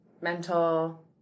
mental